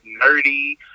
nerdy